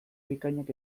bikainak